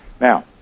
now